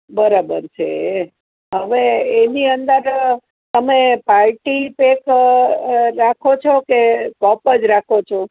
બરાબર છે હવે એની અંદર તમે પાર્ટી પેક રાખો છો કે કપ જ રાખો છો